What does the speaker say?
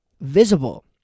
visible